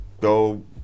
go